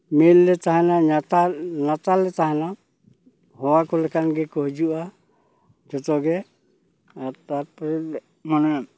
ᱢᱮᱞ ᱞᱮ ᱛᱟᱦᱮᱱᱟ ᱞᱟᱛᱟ ᱞᱟᱛᱟᱞᱮ ᱛᱟᱦᱮᱱᱟ ᱦᱚᱦᱚᱣᱟᱠᱚ ᱞᱮᱠᱷᱟᱱ ᱜᱮᱠᱚ ᱦᱤᱡᱩᱜᱼᱟ ᱡᱚᱛᱚ ᱜᱮ ᱟᱨ ᱛᱟᱨᱯᱚᱨᱮ ᱢᱟᱱᱮ